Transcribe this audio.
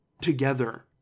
together